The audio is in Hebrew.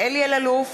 אלי אלאלוף,